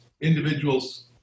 individuals